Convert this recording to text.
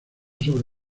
sobre